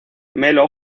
melo